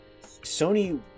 sony